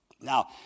Now